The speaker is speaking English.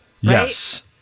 Yes